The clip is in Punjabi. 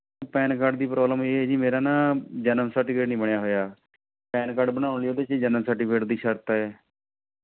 ਪੈਨ ਕਾਰਡ ਦੀ ਪ੍ਰੋਬਲਮ ਇਹ ਹੈ ਜੀ ਮੇਰਾ ਨਾ ਜਨਮ ਸਰਟੀਫਿਕੇਟ ਨਹੀਂ ਬਣਿਆ ਹੋਇਆ ਪੈਨ ਕਾਰਡ ਬਣਾਉਣ ਲਈ ਉਹਦੇ 'ਚ ਜਨਮ ਸਰਟੀਫਿਕੇਟ ਦੀ ਸ਼ਰਤ ਹੈ